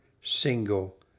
single